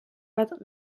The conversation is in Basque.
bat